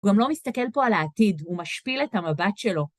הוא גם לא מסתכל פה על העתיד, הוא משפיל את המבט שלו.